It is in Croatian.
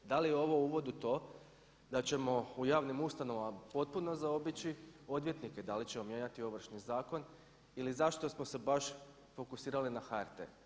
Da li je ovo uvod u to da ćemo u javnim ustanovama potpuno zaobići odvjetnike i da li ćemo mijenjati Ovršni zakon ili zašto smo se baš fokusirali na HRT.